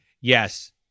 yes